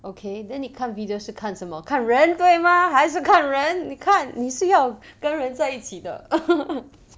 okay then 你看 video 是看什么看人对吗还是看人你看你是要跟人在一起的